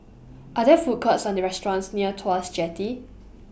Are There Food Courts and restaurants near Tuas Jetty